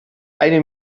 eine